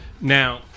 Now